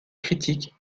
critique